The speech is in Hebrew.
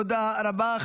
תודה רבה.